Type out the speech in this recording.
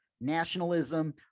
nationalism